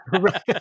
Right